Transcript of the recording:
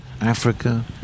africa